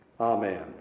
Amen